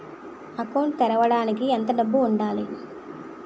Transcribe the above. Account తెరవడానికి ఎంత డబ్బు ఉండాలి?